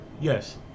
yes